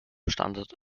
standort